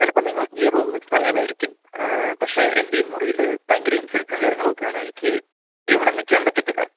ചിലപ്പം നിങ്ങൾക്ക് ഈ റൂം മിസ്സായതായിരിക്കും പക്ഷെ എൻ്റെ ഈ മുറിയിൽ ഭയങ്കര ഇൻസെക്ട്സും കാര്യങ്ങളൊക്കെയാണ് എനിക്ക് ഇവിടെ നിൽക്കാൻ പറ്റത്തില്ല